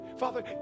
Father